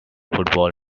football